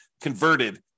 converted